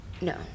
no